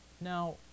Now